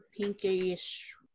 pinkish